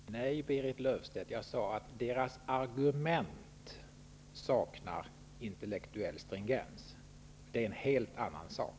Herr talman! Nej, Berit Löfstedt, jag sade att deras argument saknar intellektuell stringens. Det är en helt annan sak.